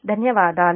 ధన్యవాదాలు